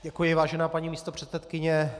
Děkuji, vážená paní místopředsedkyně.